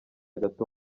gato